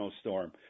storm